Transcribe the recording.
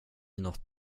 något